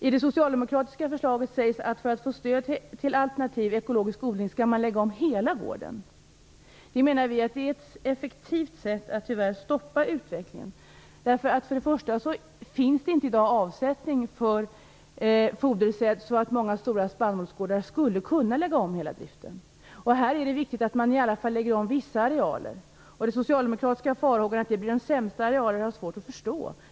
I det socialdemokratiska förslaget sägs det att för att få stöd till alternativ ekologisk odling skall man lägga om hela gården. Vi menar att det är ett effektivt sätt att stoppa utvecklingen. I dag finns det inte avsättning för så mycket fodersäd att många stora spannmålsgårdar skulle kunna lägga om hela driften. Men det är viktigt att man i alla fall lägger om vissa arealer. De socialdemokratiska farhågorna att det blir de sämsta arealerna har jag svårt att förstå.